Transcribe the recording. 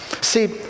See